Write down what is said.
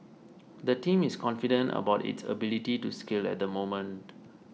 the team is confident about it ability to scale at the moment